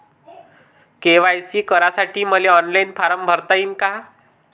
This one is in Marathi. के.वाय.सी करासाठी मले ऑनलाईन फारम भरता येईन का?